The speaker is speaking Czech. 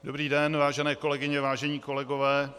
Dobrý den, vážené kolegyně, vážení kolegové.